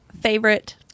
favorite